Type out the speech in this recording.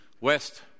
West